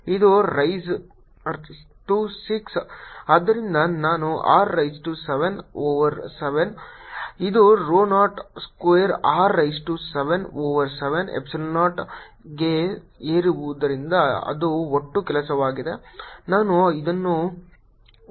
ಇದು r raise to 6 ಆದ್ದರಿಂದ ನಾನು r ರೈಸ್ ಟು 7 ಓವರ್ 7 ಇದು rho not square r raise to 7 over 7 ಎಪ್ಸಿಲಾನ್0 ಗೆ ಏರಿಸುವುದು ಅದು ಒಟ್ಟು ಕೆಲಸವಾಗಿದೆ